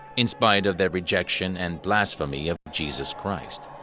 in spite of their rejection and blasphemy of jesus christ.